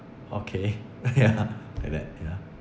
okay ya like that ya